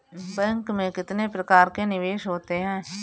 Bank में कितने प्रकार के निवेश होते हैं?